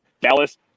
Dallas